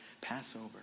Passover